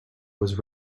was